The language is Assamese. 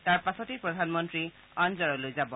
তাৰ পাছতে প্ৰধানমন্ত্ৰী অন্জৰলৈ যাব